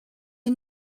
ils